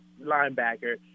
linebacker